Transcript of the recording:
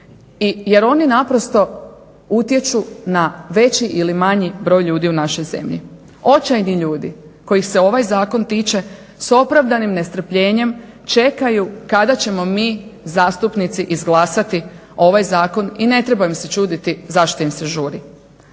jer oni naprosto utječu na veći ili manji broj ljudi u našoj zemlji. Očajni ljudi kojih se ovaj zakon tiče s opravdanim nestrpljenjem čekaju kada ćemo mi zastupnici izglasati ovaj zakon i ne treba im se čuditi zašto im se žuri.